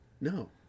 No